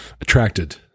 attracted